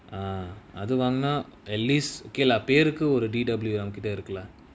ah அது வாங்குனா:athu vaangunaa at least okay lah பேருக்கு ஒரு:peruku oru T_W அவங்கிட்ட இருக்கு:avangitta iruku lah